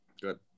Good